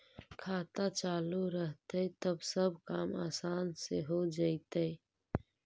खाता चालु रहतैय तब सब काम आसान से हो जैतैय?